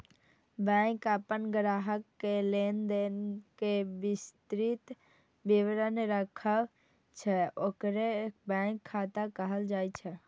bank अपन ग्राहक के लेनदेन के विस्तृत विवरण राखै छै, ओकरे बैंक खाता कहल जाइ छै